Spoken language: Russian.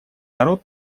народ